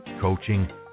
coaching